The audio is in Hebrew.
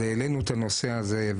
אז העלינו את הנושא הזה.